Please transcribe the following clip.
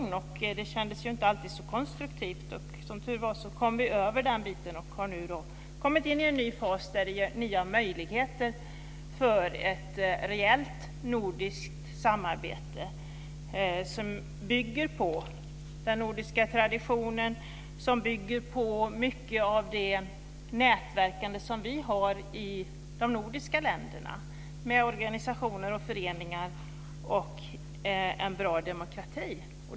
Det kändes inte alltid så konstruktivt. Som tur var kom vi över den biten och har nu kommit in i en ny fas där det ges nya möjligheter till ett reellt nordiskt samarbete som bygger på den nordiska traditionen och på mycket av det nätverk som finns i de nordiska länderna. Det gäller organisationer, föreningar och en bra demokrati.